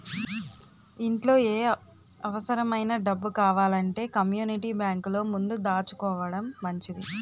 ఇంట్లో ఏ అవుసరమైన డబ్బు కావాలంటే కమ్మూనిటీ బేంకులో ముందు దాసుకోడం మంచిది